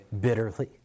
bitterly